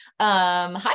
Hi